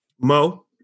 Mo